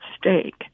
stake